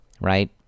right